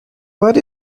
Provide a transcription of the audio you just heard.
what